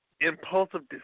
impulsive